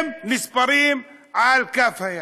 נספרים על כף היד.